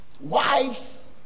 wives